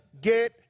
get